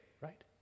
right